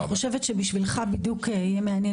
אני חושבת שבשבילך בדיוק יהיה מעניין